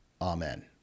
Amen